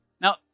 Now